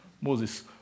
Moses